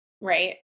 Right